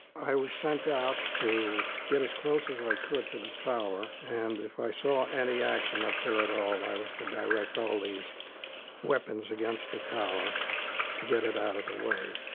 i was sent out to get as close as i could to the tower. and if i saw any action up there at all, i was to direct all these weapons against the tower to get it out of the way.